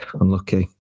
unlucky